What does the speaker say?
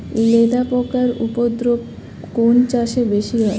লেদা পোকার উপদ্রব কোন চাষে বেশি হয়?